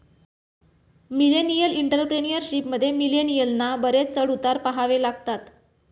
millennial entrepreneurship मध्ये, मिलेनियलना बरेच चढ उतार पहावे लागतात